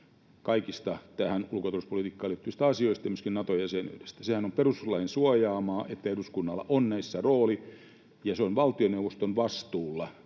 kaikista tähän ulko- ja turvallisuuspolitiikkaan liittyvistä asioista ja myöskin Nato-jäsenyydestä. Sehän on perustuslain suojaamaa, että eduskunnalla on näissä rooli, ja se on valtioneuvoston vastuulla,